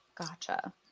Gotcha